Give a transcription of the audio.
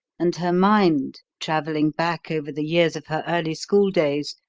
and her mind, travelling back over the years of her early schooldays,